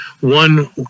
one